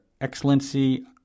Excellency